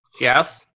Yes